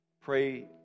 pray